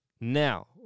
Now